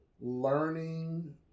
learning